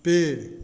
पेड़